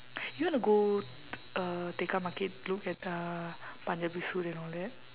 you wanna go t~ uh tekka market look at uh punjabi suit and all that